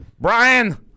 Brian